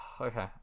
okay